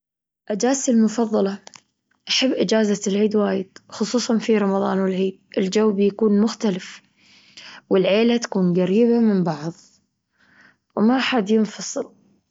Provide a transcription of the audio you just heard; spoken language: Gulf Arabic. إجازتي المفظلة، أحب إجازة العيد وايد خصوصًا في رمضان والعيد الجو بيكون مختلف والعيلة تكون جريبة من بعظ وما حد ينفصل.